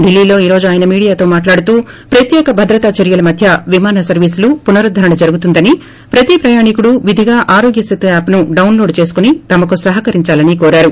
ఢిల్లీలో ఈ రోజు ఆయన మీడియాతో మాట్లాడుతూ ప్రత్యేక భద్రతా చర్యల మధ్య విమాన సర్వీసులు పునరుద్గరణ జరుగుతుందని ప్రతి ప్రయాణీకుడు విధిగా ఆరోగ్య సేతు యాప్ను డౌన్లోడ్ చేసుకుని తమకు సహకరించాలని కోరారు